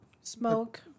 Smoke